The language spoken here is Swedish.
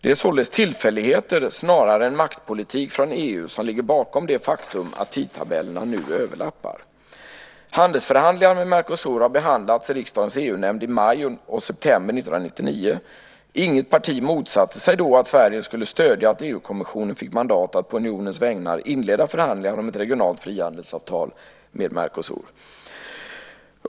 Det är således tillfälligheter snarare än maktpolitik från EU som ligger bakom det faktum att tidtabellerna nu överlappar. Handelsförhandlingarna med Mercosur har behandlats i riksdagens EU-nämnd i maj och september 1999. Inget parti motsatte sig då att Sverige skulle stödja att EU-kommissionen fick mandat att på unionens vägnar inleda förhandlingar om ett regionalt frihandelsavtal med Mercosur.